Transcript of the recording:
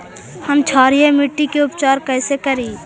हम क्षारीय मिट्टी के उपचार कैसे करी?